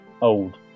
old